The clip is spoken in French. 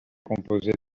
composée